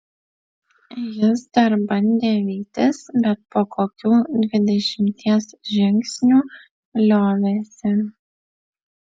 jis dar bandė vytis bet po kokių dvidešimties žingsnių liovėsi